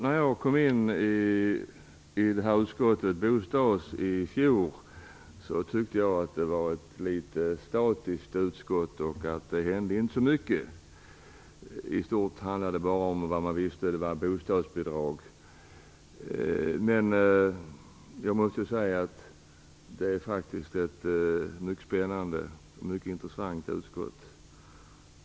När jag kom in i bostadsutskottet i fjol tyckte jag att det var ett litet grand statiskt utskott och att det inte hände så mycket. Vad man visste handlade det i stort sett bara om bostadsbidrag. Men jag måste säga att det faktiskt är ett mycket spännande och mycket intressant utskott.